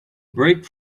brake